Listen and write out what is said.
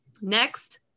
Next